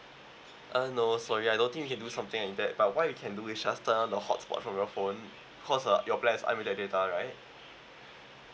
uh no sorry I don't think you can do something in that but what you can do is just turn on the hotspot from your phone because uh your plan is unlimited data right